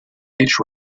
each